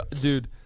dude